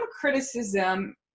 criticism